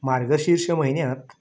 मार्गशीर्श म्हयन्यांत